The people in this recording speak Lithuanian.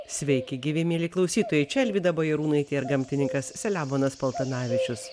sveiki gyvi mieli klausytojai čia alvyda bajarūnaitė ir gamtininkas selemonas paltanavičius